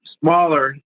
smaller